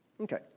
Okay